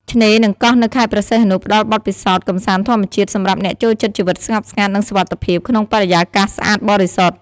ឆ្នេរនិងកោះនៅខេត្តព្រះសីហនុផ្តល់បទពិសោធន៍កម្សាន្តធម្មជាតិសម្រាប់អ្នកចូលចិត្តជីវិតស្ងប់ស្ងាត់ និងសុវត្ថិភាពក្នុងបរិយាកាសស្អាតបរិសុទ្ធ។